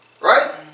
Right